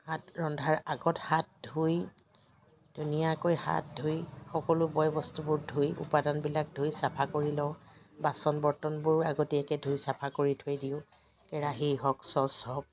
ভাত ৰন্ধাৰ আগত হাত ধুই ধুনীয়াকৈ হাত ধুই সকলো বয় বস্তুবোৰ ধুই উপাদানবিলাক ধুই চাফা কৰি লওঁ বাচন বৰ্তনবোৰো আগতীয়াকৈ ধুই চাফা কৰি থৈ দিওঁ কেৰাহী হওক চচ হওক